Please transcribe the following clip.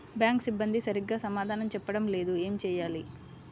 Bank సిబ్బంది సరిగ్గా సమాధానం చెప్పటం లేదు ఏం చెయ్యాలి?